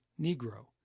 Negro